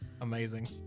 Amazing